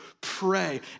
pray